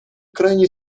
крайне